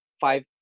five